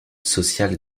social